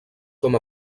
com